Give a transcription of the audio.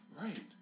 Right